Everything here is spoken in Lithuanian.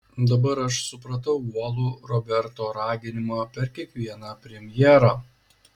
dabar aš supratau uolų roberto raginimą per kiekvieną premjerą